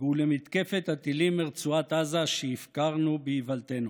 ולמתקפת הטילים מרצועת עזה, שהפקרנו, באיוולתנו.